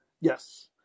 Yes